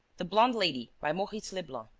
the blonde lady, by maurice leblanc,